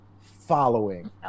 following